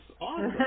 awesome